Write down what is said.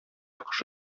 кош